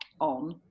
on